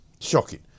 Shocking